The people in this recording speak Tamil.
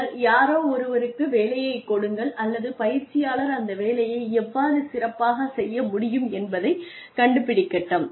பின்னர் யாரோ ஒருவருக்கு வேலையைக் கொடுங்கள் அல்லது பயிற்சியாளர் அந்த வேலையை எவ்வாறு சிறப்பாக செய்ய முடியும் என்பதைக் கண்டுபிடிக்கட்டும்